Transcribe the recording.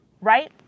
right